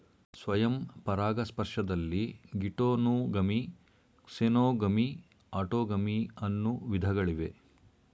ಸ್ವಯಂ ಪರಾಗಸ್ಪರ್ಶದಲ್ಲಿ geitonogamy, xenogamy, autogamy ಅನ್ನೂ ವಿಧಗಳಿವೆ